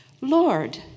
Lord